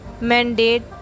mandate